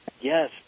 Yes